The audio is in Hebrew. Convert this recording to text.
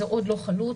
זה עוד לא חלוט,